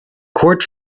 court